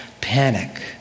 panic